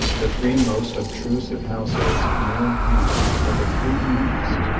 the three most obtrusive houses near at hand are the three meanest.